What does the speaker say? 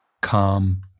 calm